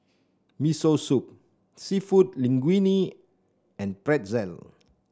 Miso Soup seafood Linguine and Pretzel